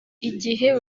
igihe